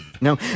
No